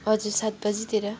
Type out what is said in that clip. हजुर सात बजीतिर